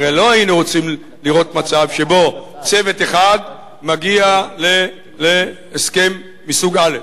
הרי לא היינו רוצים לראות מצב שבו צוות אחד מגיע להסכם מסוג א',